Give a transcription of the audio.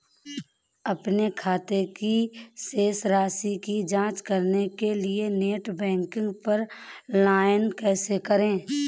अपने खाते की शेष राशि की जांच करने के लिए नेट बैंकिंग पर लॉगइन कैसे करें?